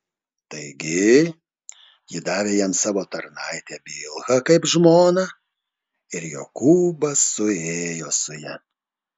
taigi ji davė jam savo tarnaitę bilhą kaip žmoną ir jokūbas suėjo su ja